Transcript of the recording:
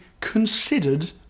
considered